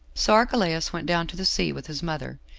so archelaus went down to the sea with his mother,